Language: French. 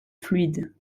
fluides